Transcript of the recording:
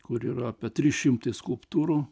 kur yra apie trys šimtai skulptūrų